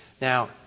Now